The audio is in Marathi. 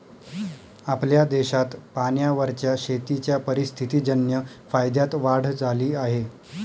आपल्या देशात पाण्यावरच्या शेतीच्या परिस्थितीजन्य फायद्यात वाढ झाली आहे